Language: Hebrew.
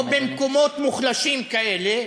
ובמקומות מוחלשים כאלה.